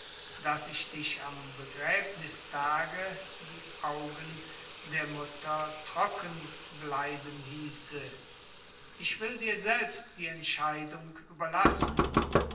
daß ich am begräbnißtage die augen der mutter trocken bleiben hieße ich will dir selbst die entscheidung überlassen